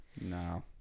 No